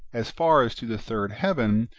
as far as to the third heaven,